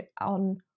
on